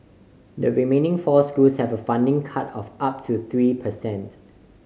the remaining four schools have a funding cut of up to three per cent